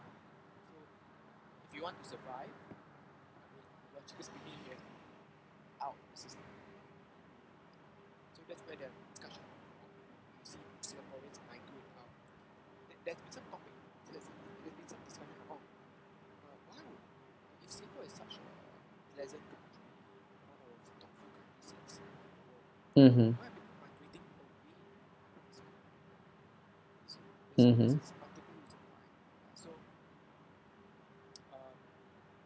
mmhmm mmhmm